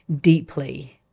deeply